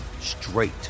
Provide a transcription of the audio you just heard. straight